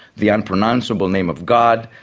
the unpronounceable name of god,